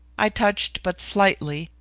i touched but slightly,